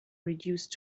reduced